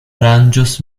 aranĝos